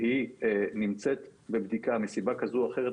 והיא נמצאת בבדיקה מסיבה כזאת או אחרת,